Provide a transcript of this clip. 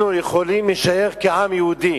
אנחנו יכולים להישאר עם יהודי,